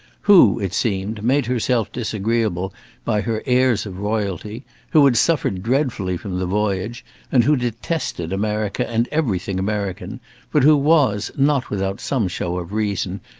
who, it seemed, made herself disagreeable by her airs of royalty who had suffered dreadfully from the voyage and who detested america and everything american but who was, not without some show of reason,